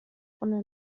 grunde